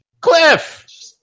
Cliff